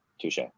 touche